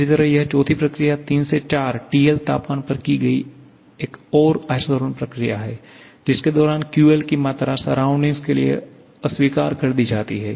इसी तरह यह चौथी प्रक्रिया 3 से 4 TL तापमान पर की गई एक और आइसोथर्मल प्रक्रिया है जिसके दौरान QL की मात्रा सराउंडिंग के लिए अस्वीकार कर दी जाती है